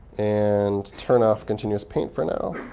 and turn off continuous paint for now.